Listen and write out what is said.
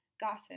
gossip